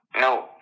no